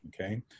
okay